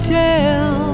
tell